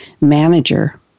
manager